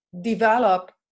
develop